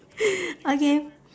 okay